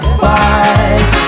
fight